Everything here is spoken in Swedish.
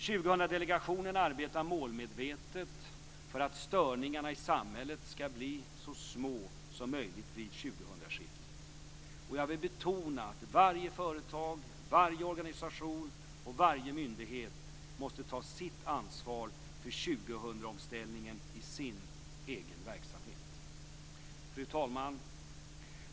2000-delegationen arbetar målmedvetet för att störningarna i samhället skall bli så små som möjligt vid millennieskiftet. Jag vill betona att varje företag, varje organisation och varje myndighet måste ta sitt ansvar för 2000 omställningen i sin egen verksamhet. Fru talman!